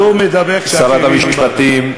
שרת המשפטים,